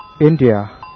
India